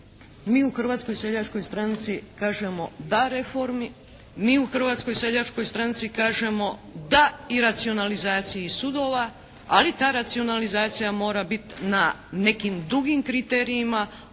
mi u Hrvatskoj seljačkoj stranci kažemo da reformi, mi u Hrvatskoj seljačkoj stranci kažemo da i racionalizaciji sudova, ali ta racionalizacija mora biti na nekim drugim kriterijima,